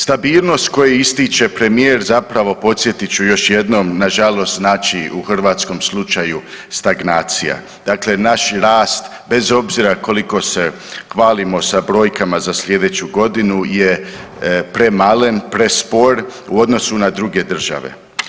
Stabilnost koje ističe premijer zapravo podsjetit ću još jednom nažalost znači u hrvatskom slučaju stagnacija, dakle naš rast bez obzira koliko se hvalimo sa brojkama za sljedeću godinu je premalen prespor u odnosu na druge države.